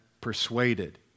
persuaded